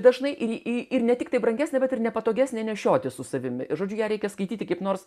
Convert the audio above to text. dažnai y y ir ne tiktai brangesnė bet ir nepatogesnė nešiotis su savimi žodžiu ją reikia skaityti kaip nors